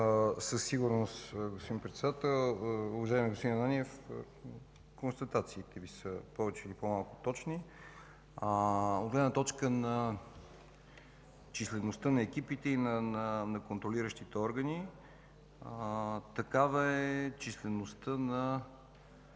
Благодаря, господин Председател. Уважаеми господин Ананиев, констатациите Ви са, повече или по-малко, точни. От гледна точка на числеността на екипите и на контролиращите органи: такава е числеността на